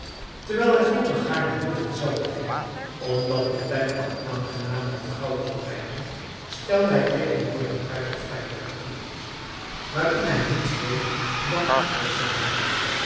terwijl hij vroeger gaarne heel veel zelf deed omdat de tijd dan aangenamer en gauwer voorbijging stelde hij tegenwoordig prijs op vrije kwartiertjes waarin hij niets deed dan aan betsy denken